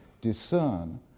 discern